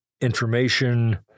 information